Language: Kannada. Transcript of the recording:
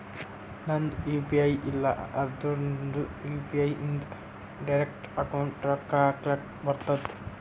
ನಂದ್ ಯು ಪಿ ಐ ಇಲ್ಲ ಅಂದುರ್ನು ಯು.ಪಿ.ಐ ಇಂದ್ ಡೈರೆಕ್ಟ್ ಅಕೌಂಟ್ಗ್ ರೊಕ್ಕಾ ಹಕ್ಲಕ್ ಬರ್ತುದ್